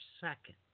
second